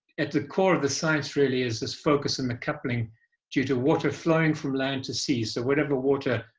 at the core of the science really is this focus on and the coupling due to water flowing from land to sea so whatever water